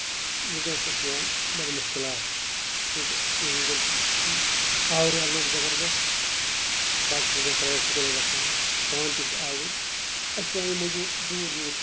ؤنکیٚنس چھِ اَسہِ یِوان بَڑٕ مُشکِلات کیوں کہِ ییٚمہِ وِزِ آوریار لوٚگ زَبردست بچہٕ چھِ وٕنکیٚنَس پریویٹ سکوٗلَن گژھان پانہٕ تہِ چھِ آوٕرۍ اَسہِ چھِ پیٚوان یِم موٚزوٗر دوٗر دوٗر